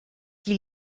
die